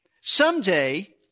Someday